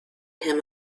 him